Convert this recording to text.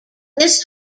this